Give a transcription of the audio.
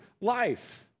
life